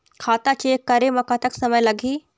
खाता चेक करे म कतक समय लगही?